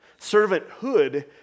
Servanthood